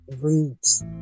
roots